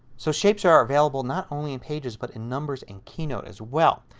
so, shapes are available not only in pages but in numbers and keynote as well.